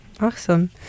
Awesome